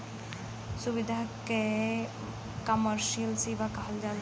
सुविधा के कमर्सिअल सेवा कहल जाला